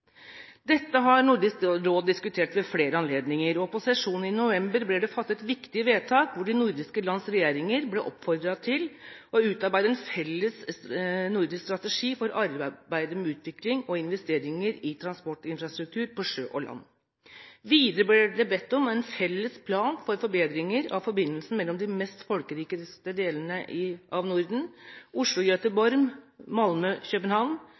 Dette har Nordisk råd diskutert ved flere anledninger, og på sesjonen i november ble det fattet viktige vedtak hvor de nordiske lands regjeringer ble oppfordret til å utarbeide en felles nordisk strategi for arbeidet med utvikling og investeringer i transportinfrastruktur på sjø og land. Videre ble det bedt om en felles plan for forbedringer av forbindelsen mellom de mest folkerike delene av Norden: